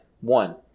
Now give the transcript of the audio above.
one